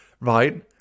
Right